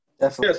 Yes